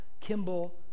Kimball